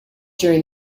during